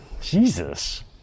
Jesus